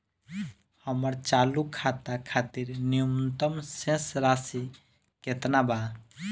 हमर चालू खाता खातिर न्यूनतम शेष राशि केतना बा?